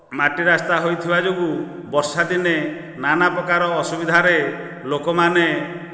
ମାଟି ରାସ୍ତା ହୋଇଥିବା ଯୋଗୁଁ ବର୍ଷାଦିନେ ନାନା ପ୍ରକାର ଅସୁବିଧାରେ ଲୋକମାନେ